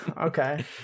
Okay